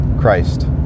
Christ